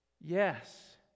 Yes